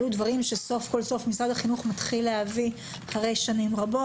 אלה דברים שסוף כל סוף משרד החינוך מתחיל להביא אחרי שנים רבות.